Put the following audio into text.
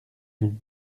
non